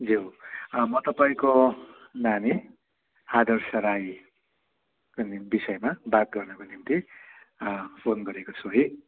ज्यू म तपाईँको नानी आदर्श राईको विषयमा बात गर्नुको निम्ति फोन गरेको छु है